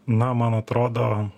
na man atrodo